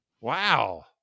Wow